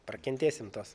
prakentėsim tuos